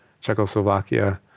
Czechoslovakia